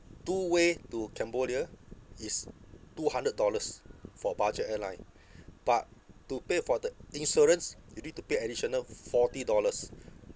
two way to cambodia is two hundred dollars for budget airline but to pay for the insurance you need to pay additional f~ forty dollars